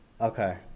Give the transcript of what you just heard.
okay